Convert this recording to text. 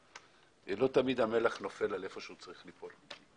לא תמיד המלח נופל היכן שהוא צריך ליפול.